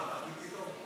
פקיד פתאום?